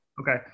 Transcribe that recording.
Okay